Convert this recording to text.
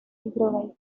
improvise